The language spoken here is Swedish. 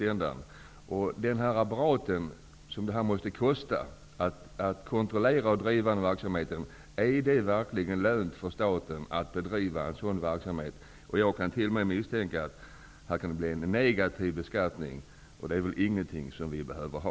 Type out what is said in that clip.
Är detta med hänsyn till kostnaderna för bl.a. kontroll verkligen lönt för staten? Jag skulle rent av kunna tro att det blir en negativ effekt.